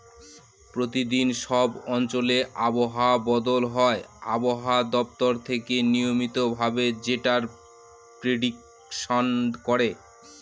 প্রতিদিন সব অঞ্চলে আবহাওয়া বদল হয় আবহাওয়া দপ্তর থেকে নিয়মিত ভাবে যেটার প্রেডিকশন করে